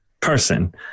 person